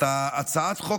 את הצעת החוק